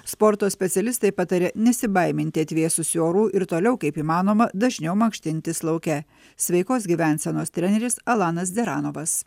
sporto specialistai pataria nesibaiminti atvėsusių orų ir toliau kaip įmanoma dažniau mankštintis lauke sveikos gyvensenos treneris alanas deranovas